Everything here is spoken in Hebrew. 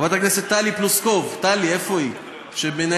חברת הכנסת טלי פלוסקוב,